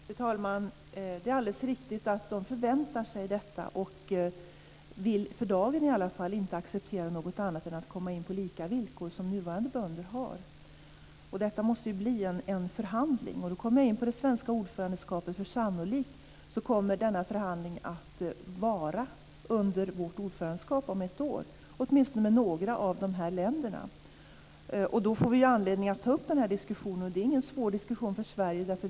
Fru talman! Det är alldeles riktigt att kandidatländerna förväntar sig detta och att de för dagen inte accepterar någonting annat än att komma in på lika villkor som nuvarande bönder har. Det måste bli en förhandling. Då kommer jag in på det svenska ordförandeskapet. Sannolikt kommer denna förhandling att föras under vårt ordförandeskap om ett år - åtminstone med några av länderna. Då får vi anledning att ta upp diskussionen. Det är ingen svår diskussion för Sverige.